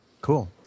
cool